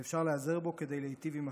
ואפשר להיעזר בו כדי להיטיב עם אחרים.